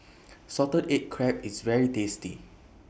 Salted Egg Crab IS very tasty